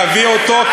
להביא אותו,